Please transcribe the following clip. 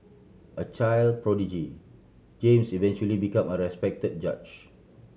a child prodigy James eventually become a respect judge